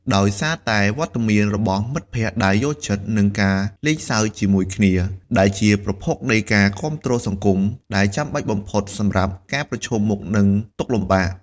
ដោយសារតែមានវត្តមានរបស់មិត្តភក្តិដែលយល់ចិត្ត និងការសើចលេងជាមួយគ្នា ដែលជាប្រភពនៃការគាំទ្រសង្គម ដែលចាំបាច់បំផុតសម្រាប់ការប្រឈមមុខនឹងទុក្ខលំបាក។